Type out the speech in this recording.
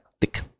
Thick